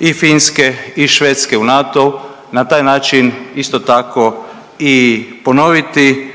i Finske i Švedske u NATO, na taj način isto tako i ponoviti